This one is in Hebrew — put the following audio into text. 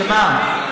שמה?